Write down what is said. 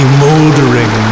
moldering